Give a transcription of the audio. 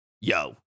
Yo